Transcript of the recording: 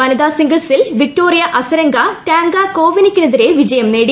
വനിതാ സിംഗിൾസിൽ Victoria Azarenka Danka കോവിനിക്കിനെ തിരെ വിജയം നേടി